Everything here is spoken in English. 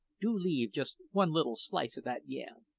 do leave just one little slice of that yam!